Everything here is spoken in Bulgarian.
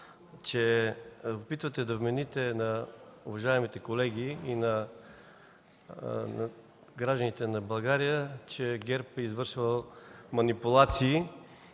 се опитвате да вмените на уважаемите колеги и на гражданите на България, че ГЕРБ е извършила манипулации.